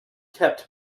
kept